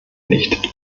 nicht